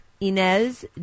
Inez